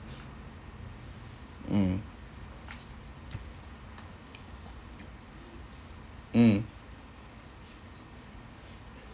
mm mm